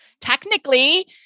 Technically